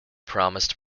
promised